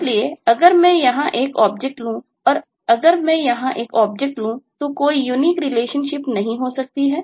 इसलिए अगर मैं यहां एक ऑब्जेक्ट लूँ और अगर मैं यहां ऑब्जेक्ट लूँ तो कोई यूनीक रिलेशनशिप नहीं हो सकता है